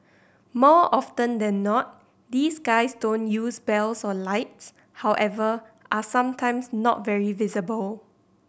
more often than not these guys don't use bells or lights however are sometimes not very visible